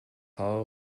haar